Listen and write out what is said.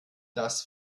das